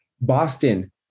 Boston